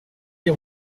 lès